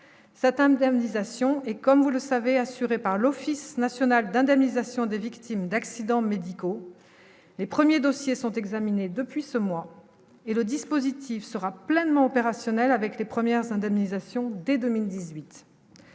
satin modernisation et comme vous le savez, assurée par l'Office national d'indemnisation des victimes d'accidents médicaux, les premiers dossiers sont examinés depuis ce mois et le dispositif sera pleinement opérationnel avec les premières indemnisations dès 2018